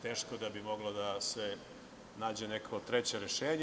Teško da bi moglo da se nađe neko treće rešenje.